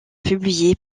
publié